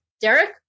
Derek